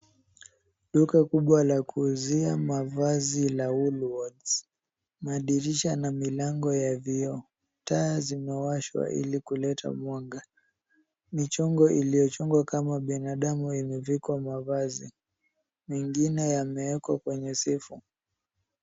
Duka kubwa la kuuzia mavazi la woolworths. Madirisha na milango ya vioo. Taa zimewashwa ili kuleta mwanga. Michongo iliyochongwa kama binadamu imevikwa mavazi, mengine yamewekwa kwenye sefu.